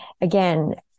again